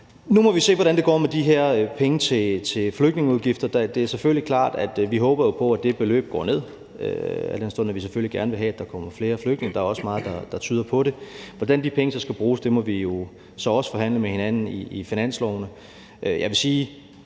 Nu må vi se, hvordan det går med de her penge til flygtningeudgifter. Det er selvfølgelig klart, at vi håber på, at det beløb går ned, selv om vi selvfølgelig gerne vil tage imod flere flygtninge, og der er også meget, der tyder på det. Hvordan de penge så skal bruges, må vi jo så også forhandle med hinanden i finanslovene.